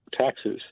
taxes—